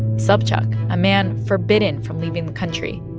sobchak, a man forbidden from leaving the country,